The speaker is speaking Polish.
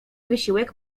wysiłek